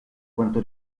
quanto